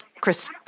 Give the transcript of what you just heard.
Chris